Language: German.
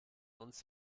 uns